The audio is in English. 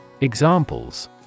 Examples